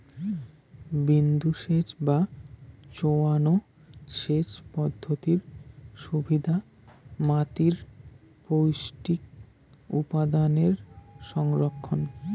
বিন্দুসেচ বা চোঁয়ানো সেচ পদ্ধতির সুবিধা মাতীর পৌষ্টিক উপাদানের সংরক্ষণ